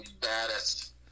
baddest